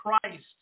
Christ